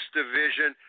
division